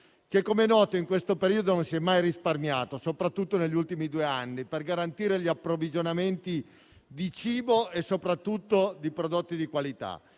- come noto - non si è mai risparmiato, soprattutto negli ultimi due anni, per garantire gli approvvigionamenti di cibo e soprattutto di prodotti di qualità.